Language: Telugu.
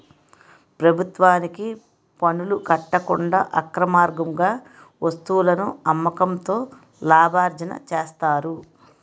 ప్రభుత్వానికి పనులు కట్టకుండా అక్రమార్గంగా వస్తువులను అమ్మకంతో లాభార్జన చేస్తారు